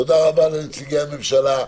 תודה רבה לנציגי הממשלה,